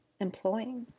employing